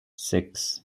six